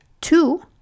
Two